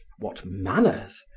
what manners!